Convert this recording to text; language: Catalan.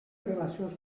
relacions